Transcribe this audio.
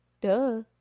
duh